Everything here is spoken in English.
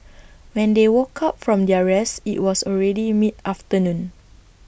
when they woke up from their rest IT was already mid afternoon